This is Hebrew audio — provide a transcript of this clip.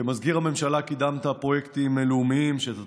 כמזכיר הממשלה קידמת פרויקטים לאומיים שאת